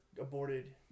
aborted